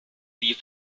die